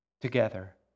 Together